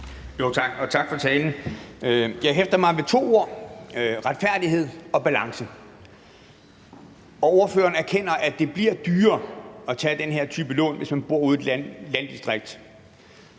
(V): Tak for talen. Jeg hæftede mig ved to ord, nemlig retfærdighed og balance. Ordføreren erkender, at det bliver dyrere at tage den her type lån, hvis man bor ude i et landdistrikt.